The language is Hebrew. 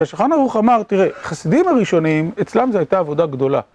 השולחן ערוך אמר, תראה, חסידים הראשונים, אצלם זה הייתה עבודה גדולה.